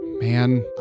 Man